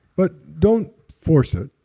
but don't force it,